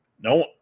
No